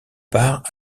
part